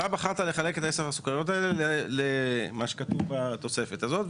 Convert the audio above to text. אתה בחרת לחלק את ה-10 סוכריות האלה למה שכתוב בתוספת הזאת.